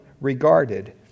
regarded